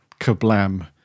Kablam